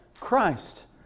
Christ